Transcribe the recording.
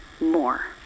more